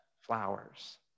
flowers